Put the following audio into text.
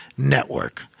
network